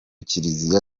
kiliziya